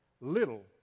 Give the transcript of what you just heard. little